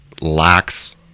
lacks